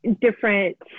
different